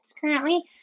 currently